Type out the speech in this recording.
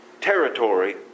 territory